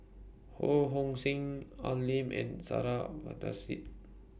Ho Hong Sing Al Lim and Sarah